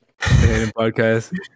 podcast